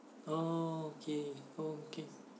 oh okay